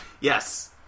Yes